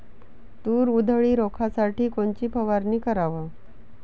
तूर उधळी रोखासाठी कोनची फवारनी कराव?